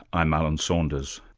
i'm alan saunders.